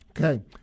Okay